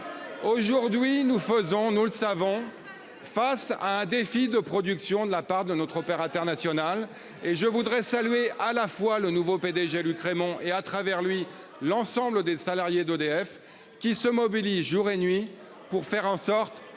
nous faisons, nous le savons. Face à un défi de production de la part de notre père international et je voudrais saluer à la fois le nouveau PDG Luc Rémont et à travers lui l'ensemble des salariés d'EDF qui se mobilisent, jour et nuit pour faire en sorte